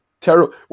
terrible